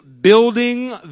building